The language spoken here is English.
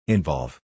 Involve